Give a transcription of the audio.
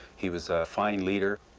he was a fine leader.